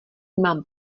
mám